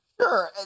Sure